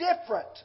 different